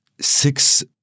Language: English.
six